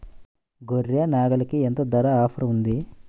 గొర్రె, నాగలికి ఎంత ధర ఆఫర్ ఉంది?